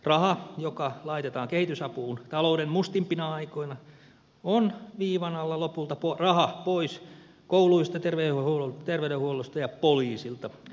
raha joka laitetaan kehitysapuun talouden mustimpina aikoina on viivan alla lopulta raha pois kouluista terveydenhuollosta ja poliisilta